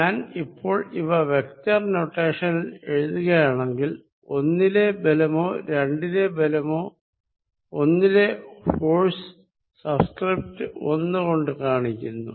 ഞാൻ ഇപ്പോൾ ഇവ വെക്ടർ നോട്ടെഷനിൽ എഴുതുകയാണെങ്കിൽ ഒന്നിലെ ബലമോ രണ്ടിലെ ബലമോ ഒന്നിലെ ഫോഴ്സ് സബ്സ്ക്രിപ്ട് ഒന്ന് കൊണ്ട് കാണിക്കുന്നു